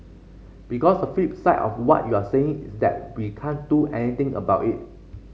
because the flip side of what you're saying is that we can't do anything about it